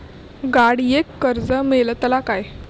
गाडयेक कर्ज मेलतला काय?